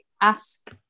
ask